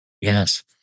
Yes